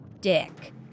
dick